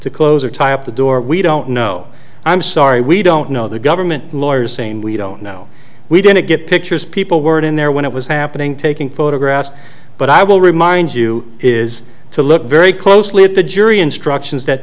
to close or tie up the door we don't know i'm sorry we don't know the government lawyers same we don't know we didn't get pictures people weren't in there when it was happening taking photographs but i will remind you is to look very closely at the jury instructions that